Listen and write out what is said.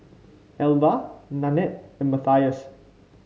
Alvah Nanette and Mathias